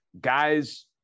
guys